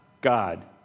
God